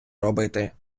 робити